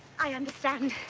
i understand.